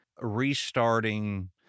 Restarting